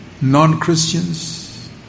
non-Christians